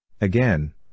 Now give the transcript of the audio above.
Again